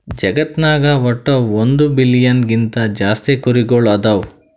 ಜಗತ್ನಾಗ್ ವಟ್ಟ್ ಒಂದ್ ಬಿಲಿಯನ್ ಗಿಂತಾ ಜಾಸ್ತಿ ಕುರಿಗೊಳ್ ಅದಾವ್